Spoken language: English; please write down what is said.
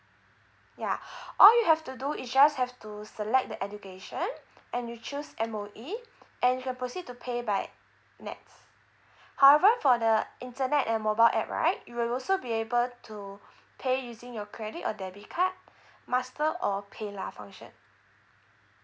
ya all you have to do is just have to select the education and you choose M_O_E and you can proceed to pay by NETS however for the internet and mobile app right you will also be able to pay using your credit or debit card master or paylah function